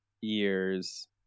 years